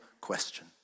question